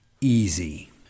easy